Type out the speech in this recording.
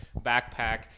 backpack